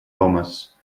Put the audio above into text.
thomas